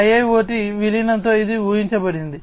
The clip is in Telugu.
0 IIoT విలీనంతో ఇది ఉహించబడింది